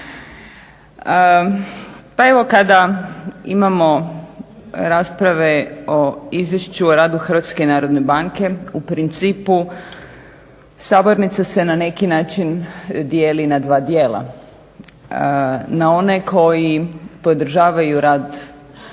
Pa evo kada imamo rasprave o Izvješću o radu HNB-a u principu sabornica se na neki način dijeli na dva dijela. Na one koji podržavaju rad HNB-a i njezine